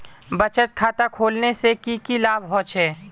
बचत खाता खोलने से की की लाभ होचे?